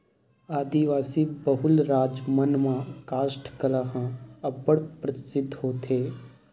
आदिवासी बहुल राज मन म कास्ठ कला ह अब्बड़ परसिद्ध होथे